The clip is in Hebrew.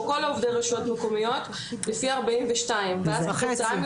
כל עובדי הרשויות המקומיות לפי ארבעים ושתיים שעות.